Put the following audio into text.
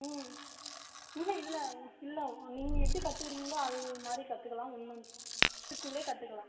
ம் இல்லை இல்லை இல்லை நீங்கள் எப்படி கற்றுக்கிறீங்களோ அது மாதிரி கற்றுக்கலாம் ஒன்று ஒன் இயருகுள்ளே கற்றுக்கலாம்